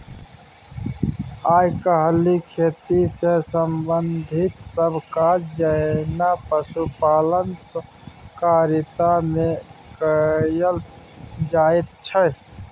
आइ काल्हि खेती सँ संबंधित सब काज जेना पशुपालन सहकारिता मे कएल जाइत छै